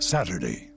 Saturday